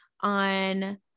on